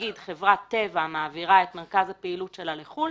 נגיד חברת טבע מעבירה את מרכז הפעילות שלה לחוץ לארץ,